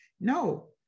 No